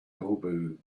elbowing